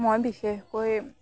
মই বিশেষকৈ